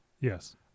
Yes